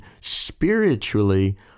spiritually